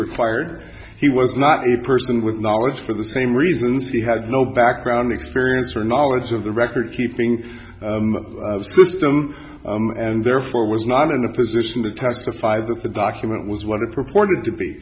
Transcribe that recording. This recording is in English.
required he was not a person with knowledge for the same reasons he had no background experience or knowledge of the recordkeeping system and therefore was not in a position to testify that the document was what it purported to be